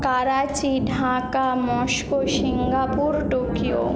Karachi Dhaka Moscow Singapore Tokyo